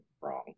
wrong